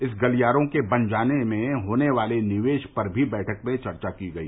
इन गलियारों के बनाए जाने में होने वाले निवेश पर भी बैठक में चर्चा की गई